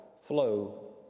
flow